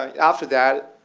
after that,